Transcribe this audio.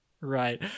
Right